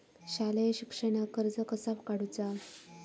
शालेय शिक्षणाक कर्ज कसा काढूचा?